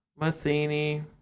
Matheny